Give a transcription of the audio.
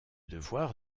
devoir